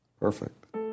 Perfect